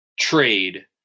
trade